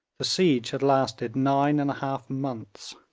the siege had lasted nine and a half months.